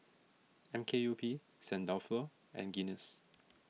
M K U P Saint Dalfour and Guinness